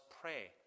pray